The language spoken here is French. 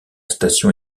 station